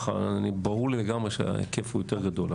ברור לי לגמרי שההיקף הוא יותר גדול.